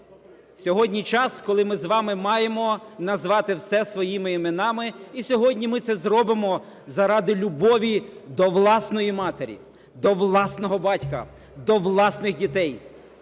Сьогодні час, коли ми з вами маємо назвати все своїми іменами. І сьогодні ми це зробимо заради любові до власної матері, до власного батька, до власних дітей.